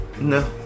No